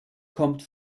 kommt